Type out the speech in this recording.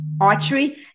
archery